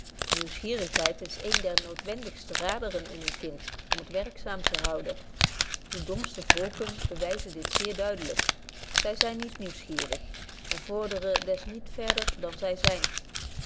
nieuwsgierigheid is een der noodwendigste raderen in een kind om het werkzaam te houden de domste volken bewyzen dit zeer duidelyk zy zyn niet nieuwsgierig en vorderen des niet verder dan zy zyn